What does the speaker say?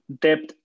depth